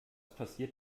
passiert